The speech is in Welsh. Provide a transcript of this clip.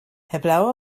heblaw